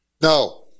No